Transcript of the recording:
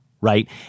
right